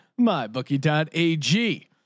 MyBookie.ag